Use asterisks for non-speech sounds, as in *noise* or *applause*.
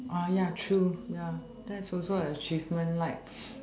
ah ya true ya that's also a achievement like *noise*